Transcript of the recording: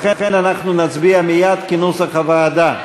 לכן אנחנו נצביע מייד כנוסח הוועדה.